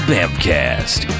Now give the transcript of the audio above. Bamcast